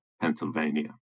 Pennsylvania